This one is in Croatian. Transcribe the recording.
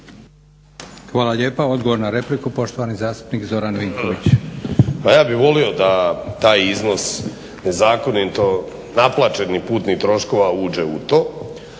Hvala lijepa. Odgovor na repliku, poštovani zastupnik Zoran Vinković. **Vinković, Zoran (HDSSB)** Pa ja bih volio da taj iznos nezakonito naplaćenih putnih troškova uđe u to.